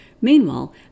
Meanwhile